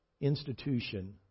institution